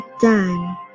done